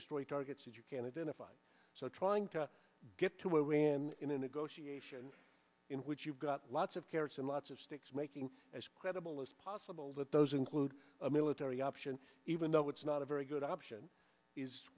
destroy the targets if you can identify so trying to get to where when in a negotiation in which you've got lots of carrots and lots of sticks making as credible as possible that those include a military option even though it's not a very good option is